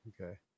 okay